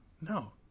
No